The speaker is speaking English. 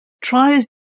try